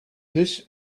this